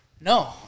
No